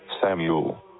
Samuel